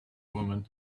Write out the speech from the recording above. woman